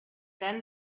then